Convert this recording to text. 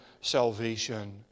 salvation